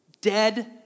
dead